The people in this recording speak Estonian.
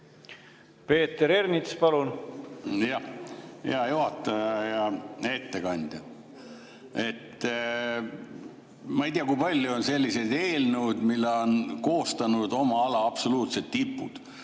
Peeter Ernits, palun!